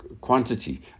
quantity